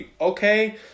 okay